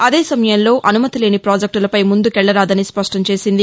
అదే సమయంలో అనుమతిలేని పాజెక్టులపై ముందుకెళ్లరాదని స్పష్టం చేసింది